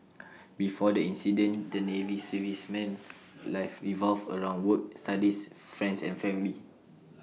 before the incident the navy serviceman's life revolved around work studies friends and family